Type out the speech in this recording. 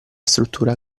struttura